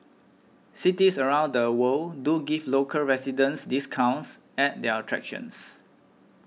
cities around the world do give local residents discounts at their attractions